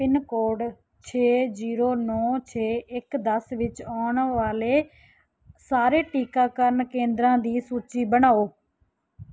pin code ਛੇ zero ਨੌ ਛੇ ਇੱਕ ਦਸ ਵਿੱਚ ਆਉਣ ਵਾਲੇ ਸਾਰੇ ਟੀਕਾਕਰਨ ਕੇਂਦਰਾਂ ਦੀ ਸੂਚੀ ਬਣਾਓ